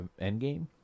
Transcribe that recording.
Endgame